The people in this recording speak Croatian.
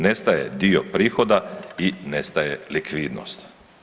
Nestaje dio prihoda i nestali likvidnost.